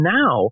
now